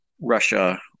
Russia